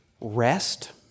Rest